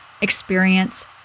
experience